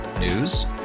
News